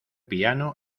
piano